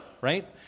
right